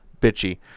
bitchy